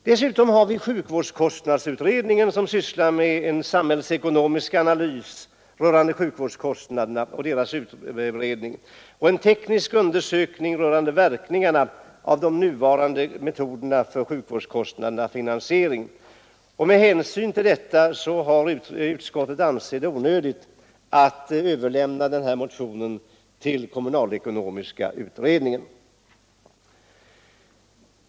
Dessutom har vi sjukvårdskostnadsutredningen, som sysslar med en samhällsekonomisk analys av sjukvårdskostnaderna och en teknisk undersökning rörande verkningarna av de nuvarande metoderna för sjukvårdskostnadernas finansiering. Med hänsyn till detta har utskottet ansett det onödigt att överlämna denna motion till kommunalekon omiska utredningen.